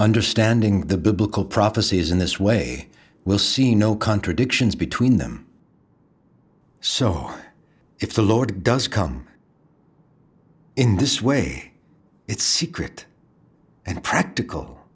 understanding the biblical prophecies in this way we'll see no contradictions between them so far if the lord does come in this way it's secret and practical